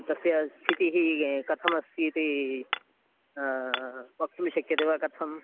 तस्य स्थितिः कथमस्तीति वक्तुं शक्यते वा कथम्